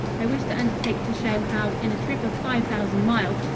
i wish to undertake to show how in a trip of five thousand miles,